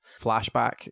flashback